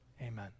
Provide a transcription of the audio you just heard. Amen